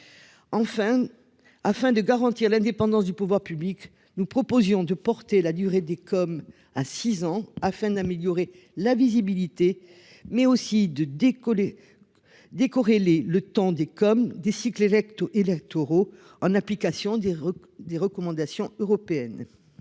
Enfin. Afin de garantir l'indépendance du pouvoir public nous proposions de porter la durée des comme à six ans afin d'améliorer la visibilité mais aussi de décoller. Décorrélés le temps des comme des cycles électoraux électoraux en application des des recommandations européennes.